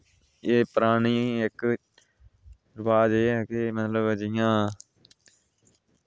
एह् परानी इक्क राज़ एह् ऐ कि जियां